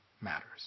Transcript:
matters